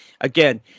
again